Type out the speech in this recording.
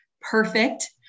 perfect